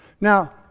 Now